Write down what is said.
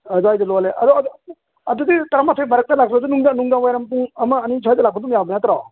ꯑꯗꯥꯏꯗ ꯂꯣꯜꯂꯦ ꯑꯗꯨꯗꯤ ꯇꯔꯥ ꯃꯥꯊꯣꯏ ꯃꯔꯛꯇ ꯂꯥꯛꯂꯁꯨ ꯅꯨꯡꯗꯥꯡ ꯋꯥꯏꯔꯝ ꯄꯨꯡ ꯑꯃ ꯑꯅꯤ ꯁ꯭ꯋꯥꯏꯗ ꯂꯥꯛꯄ ꯑꯗꯨꯝ ꯌꯥꯕ ꯅꯠꯇ꯭ꯔꯣ